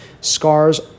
Scars